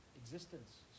existence